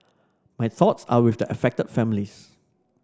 my thoughts are with the affected families